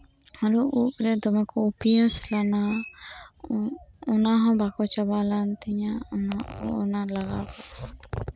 ᱟᱨᱚ ᱩᱵᱨᱮ ᱫᱚᱢᱮ ᱠᱚ ᱩᱯᱭᱟᱹᱥ ᱞᱮᱱᱟ ᱚᱱᱟ ᱦᱚᱸ ᱵᱟᱠᱚ ᱪᱟᱵᱟ ᱞᱮᱱ ᱛᱤᱧᱟ ᱚᱱᱟ ᱞᱟᱜᱟᱣ ᱠᱟᱛᱮᱜ